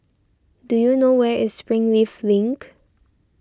do you know where is Springleaf Link